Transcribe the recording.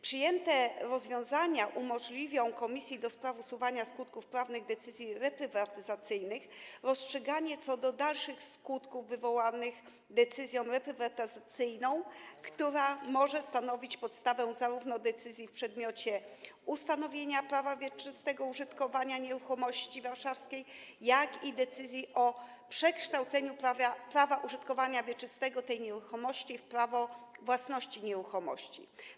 Przyjęte rozwiązania umożliwią Komisji do spraw usuwania skutków prawnych decyzji reprywatyzacyjnych rozstrzyganie co do dalszych skutków wywołanych decyzją reprywatyzacyjną, która może stanowić podstawę zarówno decyzji w przedmiocie ustanowienia prawa wieczystego użytkowania nieruchomości warszawskiej, jak i decyzji o przekształceniu prawa użytkowania wieczystego tej nieruchomości w prawo własności nieruchomości.